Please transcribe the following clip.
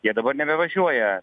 jie dabar nebevažiuoja